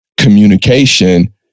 communication